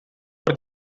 por